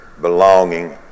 belonging